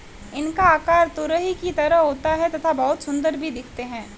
इनका आकार तुरही की तरह होता है तथा बहुत सुंदर भी दिखते है